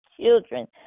children